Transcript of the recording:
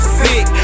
sick